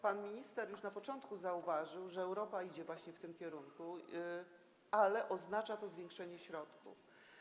Pan minister już na początku zauważył, że Europa idzie w tym właśnie kierunku, ale oznacza to zwiększenie środków.